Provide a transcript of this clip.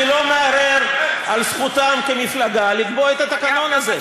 אני לא מערער על זכותכם כמפלגה לקבוע את התקנון הזה.